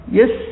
yes